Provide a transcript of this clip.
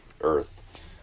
earth